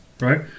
Right